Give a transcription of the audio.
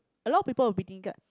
a lot of people would be thinking like